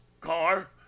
car